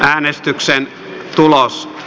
sihteeri luki